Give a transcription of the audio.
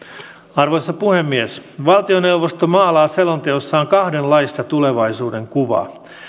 arvoisa puhemies valtioneuvosto maalaa selonteossaan kahdenlaista tulevaisuudenkuvaa